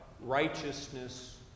righteousness